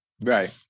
right